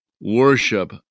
worship